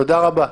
תודה רבה.